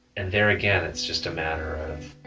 and there again, it's just a matter of